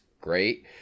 great